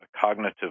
cognitive